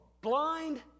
blind